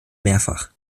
mehrfach